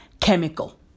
chemical